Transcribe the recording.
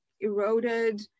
eroded